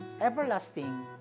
everlasting